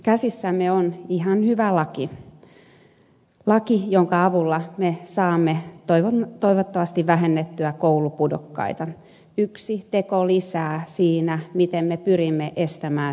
käsissämme on ihan hyvä laki laki jonka avulla me saamme toivottavasti vähennettyä koulupudokkaita yksi teko lisää siinä miten me pyrimme estämään syrjäytymistä